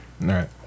Right